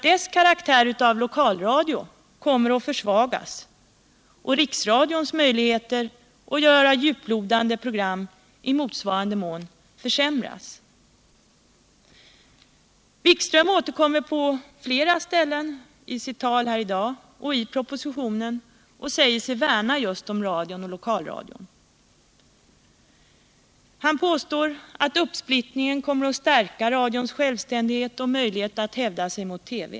Dess karaktär av lokalradio kommer att försvagas och riksradions möjligheter att göra djuplodande program i motsvarande mån att försämras. På flera ställen i sitt tal här i dag och i propositionen säger sig Jan-Erik Wikström värna om just radion och lokalradion. Han påstår att uppsplittringen kommer att stärka radions självständighet och möjlighet att hävda sig mot TV.